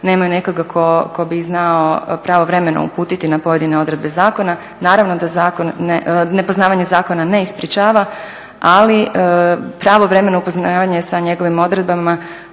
nemaju nekoga tko bi ih znao pravovremeno uputiti na pojedine odredbe zakona. Naravno da nepoznavanje zakona ne sprječava, ali pravovremeno upoznavanje sa njegovim odredbama